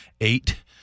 eight